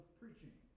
preaching